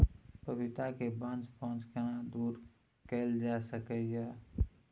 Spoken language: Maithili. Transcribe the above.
पपीता के बांझपन केना दूर कैल जा सकै ये?